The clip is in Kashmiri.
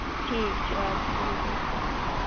ٹھیٖک چھُ ادٕ حظ ادٕ حظ اسلام علیکُم